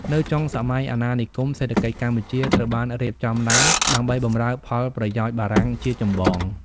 នៅចុងសម័យអាណានិគម សេដ្ឋកិច្ចកម្ពុជាត្រូវបានរៀបចំឡើងដើម្បីបម្រើផលប្រយោជន៍បារាំងជាចម្បង។